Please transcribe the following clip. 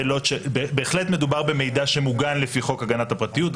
בהחלט מדובר במידע שמוגן לפי חוק הגנת הפרטיות,